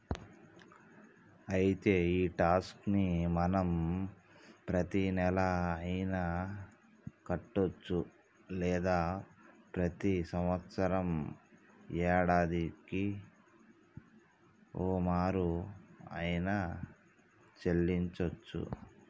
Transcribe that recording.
అయితే ఈ టాక్స్ ని మనం ప్రతీనెల అయిన కట్టొచ్చు లేదా ప్రతి సంవత్సరం యాడాదికి ఓమారు ఆయిన సెల్లించోచ్చు